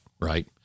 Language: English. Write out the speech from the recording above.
right